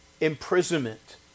imprisonment